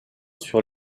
sur